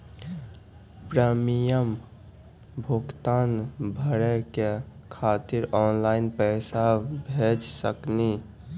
Premium भुगतान भरे के खातिर ऑनलाइन पैसा भेज सकनी?